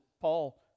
Paul